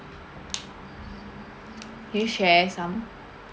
can you share some